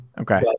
Okay